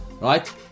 right